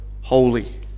holy